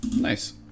Nice